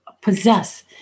possess